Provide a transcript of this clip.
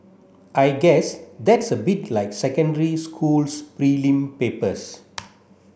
I guess that's a bit like secondary school's prelim papers